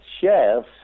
shares